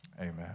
Amen